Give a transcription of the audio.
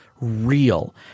real